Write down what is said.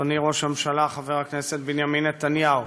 אדוני ראש הממשלה חבר הכנסת בנימין נתניהו,